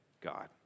God